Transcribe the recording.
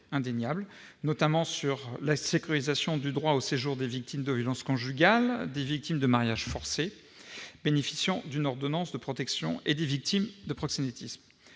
indéniables, notamment en termes de sécurisation du droit au séjour des victimes de violences conjugales ou d'un mariage forcé bénéficiant d'une ordonnance de protection et des victimes de proxénétisme.